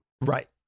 right